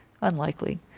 Unlikely